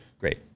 Great